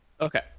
Okay